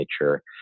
nature